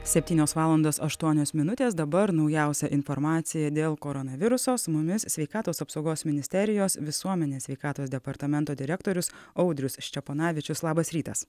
septynios valandos aštuonios minutės dabar naujausia informacija dėl koronaviruso su mumis sveikatos apsaugos ministerijos visuomenės sveikatos departamento direktorius audrius ščeponavičius labas rytas